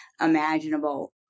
imaginable